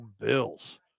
Bills